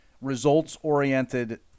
results-oriented